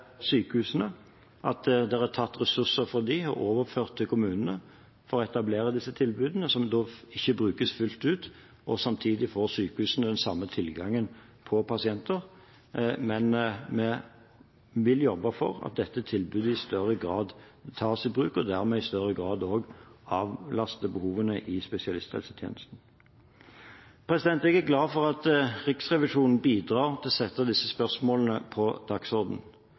sykehusene at det er tatt ressurser fra dem og overført til kommunene for å etablere disse tilbudene som ikke brukes fullt ut, og samtidig får sykehusene den samme tilgangen på pasienter, men vi vil jobbe for at dette tilbudet i større grad tas i bruk, og dermed i større grad også avlaster behovene i spesialisthelsetjenesten. Jeg er glad for at Riksrevisjonen bidrar til å sette disse spørsmålene på